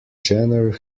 genre